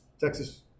Texas